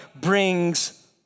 brings